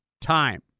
time